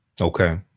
Okay